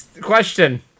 question